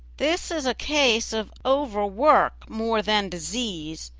this is a case of overwork more than disease,